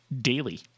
daily